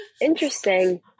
interesting